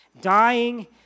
dying